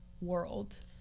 world